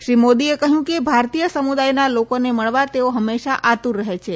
શ્રી મોદીએ કહ્યું કે ભારતીય સમુદાયના લોકોને મળવા તેઓ હંમેશા આતુર રહે છે